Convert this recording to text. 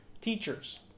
Teachers